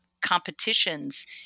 competitions